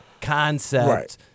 concept